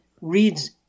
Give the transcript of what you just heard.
reads